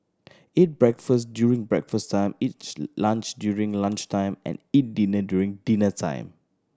eat breakfast during breakfast time each lunch during lunch time and eat dinner during dinner time